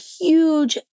huge